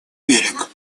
берег